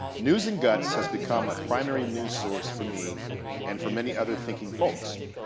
news and guts has become a primary news source for me and for many other thinking folks.